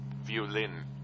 violin